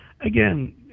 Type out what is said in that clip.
Again